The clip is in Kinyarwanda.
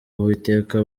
uwiteka